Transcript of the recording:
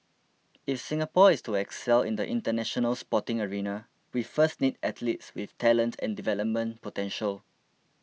if Singapore is to excel in the International Sporting arena we first need athletes with talent and development potential